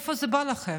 מאיפה זה בא לכם?